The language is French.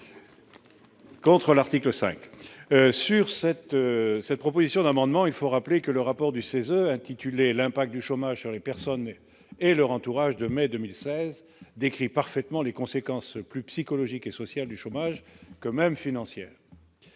Contre l'article 5 sur cette cette proposition d'amendement, il faut rappeler que le rapport du 16 heures intitulé l'impact du chômage sur les personnes et leur entourage, de mai 2016 décrit parfaitement les conséquences plus psychologique et social du chômage quand même financière.